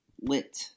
Lit